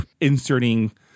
inserting